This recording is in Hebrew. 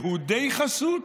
יהודי חסות,